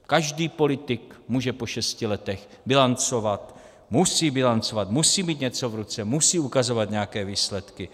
Každý politik může po šesti letech bilancovat, musí bilancovat, musí mít něco v ruce, musí ukazovat nějaké výsledky.